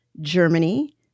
Germany